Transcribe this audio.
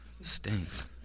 stinks